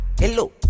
hello